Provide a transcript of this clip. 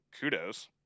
kudos